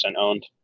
owned